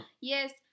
yes